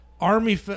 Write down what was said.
army